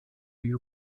die